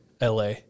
LA